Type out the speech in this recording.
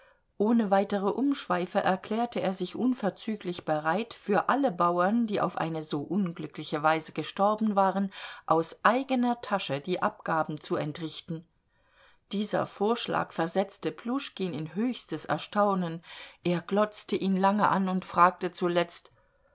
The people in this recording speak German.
ohne weitere umschweife erklärte er sich unverzüglich bereit für alle die bauern die auf eine so unglückliche weise gestorben waren aus eigener tasche die abgaben zu entrichten dieser vorschlag versetzte pljuschkin in höchstes erstaunen er glotzte ihn lange an und fragte zuletzt